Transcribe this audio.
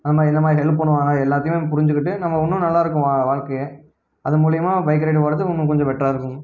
அந்தமாதிரி இந்தமாதிரி ஹெல்ப் பண்ணுவாங்க அது எல்லாத்தையுமே புரிஞ்சுக்கிட்டு நம்ம இன்னும் நல்லாயிருக்கும் வா வாழ்க்கையே அது மூலிமா பைக் ரைடு போகிறது இன்னும் கொஞ்சம் பெட்டராக இருக்கும்